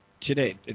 Today